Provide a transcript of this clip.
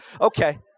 okay